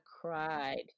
cried